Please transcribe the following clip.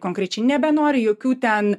konkrečiai nebenori jokių ten